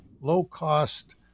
low-cost